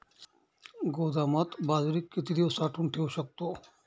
गोदामात बाजरी किती दिवस साठवून ठेवू शकतो?